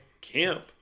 camp